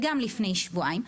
וגם לפני שבועיים,